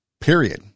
period